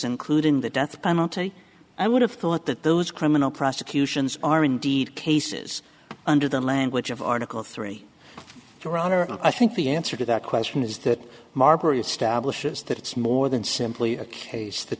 including the death penalty i would have thought that those criminal prosecutions are indeed cases under the language of article three your honor i think the answer to that question is that marbury establishes that it's more than simply a case th